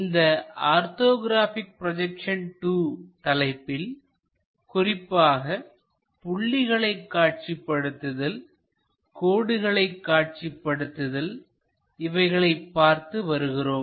இந்த orthographic projection II தலைப்பில் குறிப்பாக புள்ளிகளை காட்சிப்படுத்துதல் கோடுகளை காட்சிப்படுத்துதல் இவைகளைப் பார்த்து வருகிறோம்